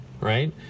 Right